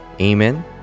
amen